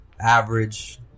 Average